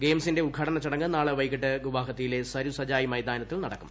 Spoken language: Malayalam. ഗെയിംസിന്റെ ഉദ്ഘാടന ചടങ്ങ് നാളെ വൈകിട്ട് ഗുവാഹത്തിയിലെ സരുസജായി മൈതാനത്തിൽ നടക്കും